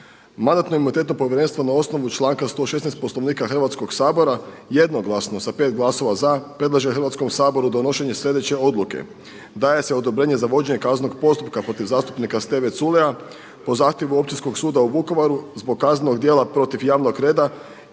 Mandatno-imunitetno povjerenstvo na osnovu članka 116. Poslovnika Hrvatskog sabora jednoglasno sa 5 glasova za predlaže Hrvatskom saboru donošenje sljedeće odluke: Daje se odobrenje za vođenje kaznenog postupka protiv zastupnika Steve Culeja po zahtjevu Općinskog suda u Vukovaru zbog kaznenog djela protiv javnog reda